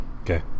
Okay